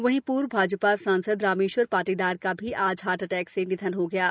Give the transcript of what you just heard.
वहीं पूर्व भाजपा सांसद रामेश्वर पाटीदार का भी आज हार्ट अटैक से निधन हो गया है